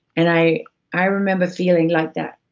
and i i remember feeling like that,